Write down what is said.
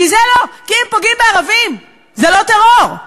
כי אם פוגעים בערבים זה לא טרור.